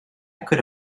could